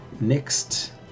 next